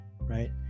right